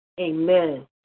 Amen